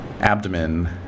abdomen